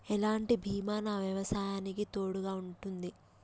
ఎలాంటి బీమా నా వ్యవసాయానికి తోడుగా ఉంటుంది?